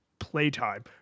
playtime